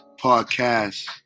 Podcast